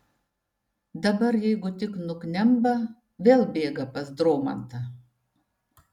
dabar jeigu tik nuknemba vėl bėga pas dromantą